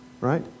right